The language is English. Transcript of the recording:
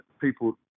people